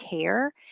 care